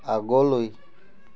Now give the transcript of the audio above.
আগলৈ